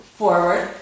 forward